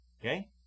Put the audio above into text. Okay